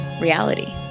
reality